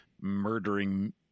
murdering